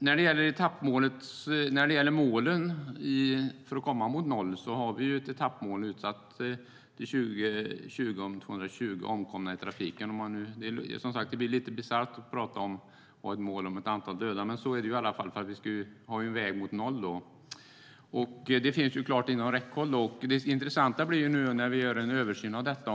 När det gäller målen för att komma mot noll har vi ett etappmål till 2020 om 220 omkomna i trafiken. Det blir, som sagt, lite bisarrt att ha ett mål om ett antal döda. Men så är det i alla fall. Det målet finns klart inom räckhåll. Det blir intressant nu när vi gör en översyn av detta.